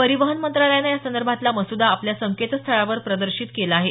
परिवहन मंत्रालयानं यासंदर्भातला मसूदा आपल्या संकेतस्थळावर प्रदर्शित केला आहे